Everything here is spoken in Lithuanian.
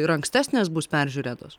ir ankstesnės bus peržiūrėtos